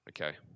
Okay